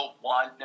one